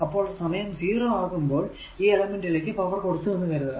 അപ്പോൾ സമയം 0 ആകുമ്പോൾ ഈ എലെമെന്റിലേക്കു പവർ കൊടുത്തു എന്ന് കരുതുക